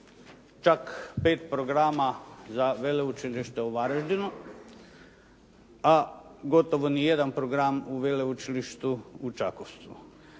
čak pet programa za Veleučilište u Varaždinu, a gotovo nijedan program u Veleučilištu u Čakovcu.